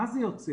מה זה יוצר?